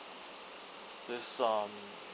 please uh